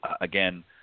Again